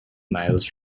miles